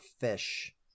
fish